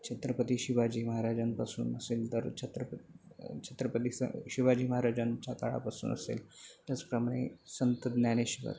छत्रपती शिवाजी महाराजांपासून असेल तर छत्रप छत्रपती स शिवाजी महाराजांच्या काळापासून असेल त्याचप्रमाणे संत ज्ञानेश्वर